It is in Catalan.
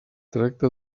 tracta